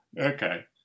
Okay